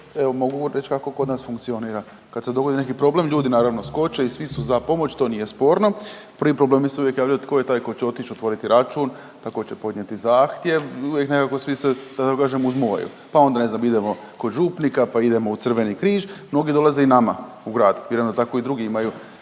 evo mogu reći kako kod nas funkcionira. Kad se dogodi neki problem ljudi naravno skoče i svi su za pomoć to nije sporno. Prvi problemi se uvijek javljaju tko je taj koji će otići otvoriti račun, pa tko će podnijeti zahtjev i nekako svi se da tako kažem uzmuvaju. Pa onda ne znam idemo kod župnika, pa idemo u Crveni križ, mnogi dolaze i nama u grad. Vjerojatno tako i drugi imaju